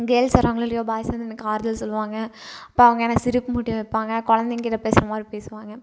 girls வராங்களோ இல்லையோ boys வந்து எனக்கு ஆறுதல் சொல்லுவாங்க அப்போ அவங்க எனக்கு சிரிப்பு மூட்டி வைப்பாங்க குழந்தைங்கிட்ட பேசுகிற மாதிரி பேசுவாங்க